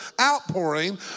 outpouring